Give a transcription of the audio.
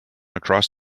across